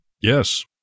yes